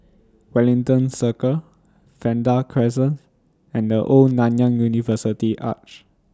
Wellington Circle Vanda Crescent and The Old Nanyang University Arch